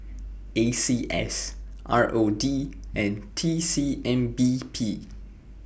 A C S R O D and T C M B P